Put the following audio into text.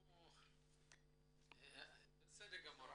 בסדר גמור.